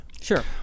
Sure